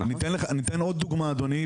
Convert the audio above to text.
אני אתן עוד דוגמה אדוני.